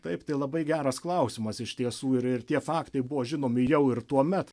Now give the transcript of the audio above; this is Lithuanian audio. taip tai labai geras klausimas iš tiesų ir ir tie faktai buvo žinomi jau ir tuomet